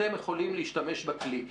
אתם יכולים להשתמש בכלי.